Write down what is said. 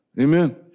Amen